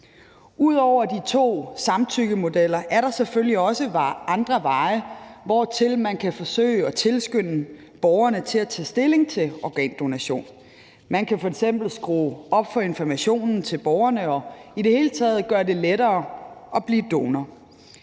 Ud over de to samtykkemodeller er der selvfølgelig også andre veje, hvormed man kan forsøge at tilskynde borgerne til at tage stilling til organdonation. Man kan f.eks. skrue op for informationen til borgerne og i det hele taget gøre det lettere at blive donor.